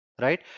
right